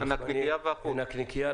עם הנקניקייה,